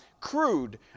crude